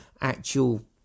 actual